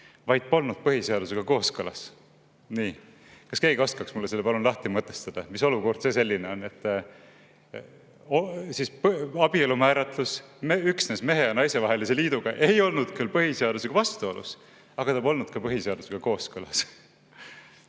vaid polnud põhiseadusega kooskõlas. Nii. Kas keegi oskaks mulle selle palun lahti mõtestada, mis olukord see selline on? Abielu määratlus üksnes mehe ja naise vahelise liiduna ei olnud küll põhiseadusega vastuolus, aga ta polnud ka põhiseadusega kooskõlas.